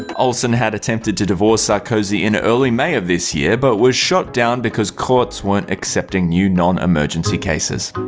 olsen had attempted to divorce sarkozy in early may of this year, but was shot down because courts weren't accepting new non-emergency cases.